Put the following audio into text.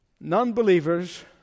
Non-believers